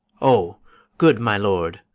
o good my lord!